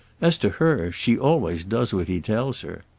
as to her, she always does what he tells her.